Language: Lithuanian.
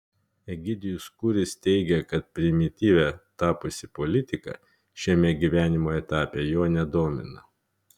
egidijus kūris teigia kad primityvia tapusi politika šiame gyvenimo etape jo nedomina